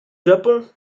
japon